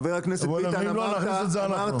אם לא, נכניס את זה אנחנו.